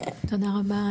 תודה רבה.